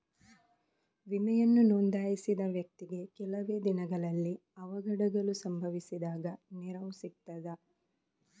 ವಿಮೆಯನ್ನು ನೋಂದಾಯಿಸಿದ ವ್ಯಕ್ತಿಗೆ ಕೆಲವೆ ದಿನಗಳಲ್ಲಿ ಅವಘಡಗಳು ಸಂಭವಿಸಿದಾಗ ನೆರವು ಸಿಗ್ತದ?